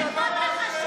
למה לא לחכות להקמת הממשלה?